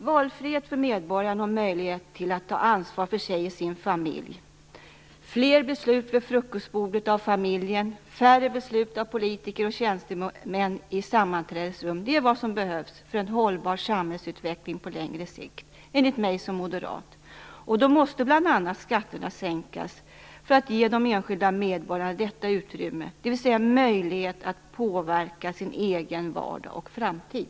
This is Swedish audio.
Valfrihet för medborgaren och möjlighet att ta ansvar för sig och sin familj, fler beslut fattade vid frukostbordet av familjen och färre beslut fattade av politiker och tjänstemän i sammanträdesrum - det är vad som behövs för en hållbar samhällsutveckling på längre sikt, enligt mig som moderat. Då måste bl.a. skatterna sänkas för att ge de enskilda medborgarna detta utrymme, dvs. möjlighet att påverka sin egen vardag och framtid.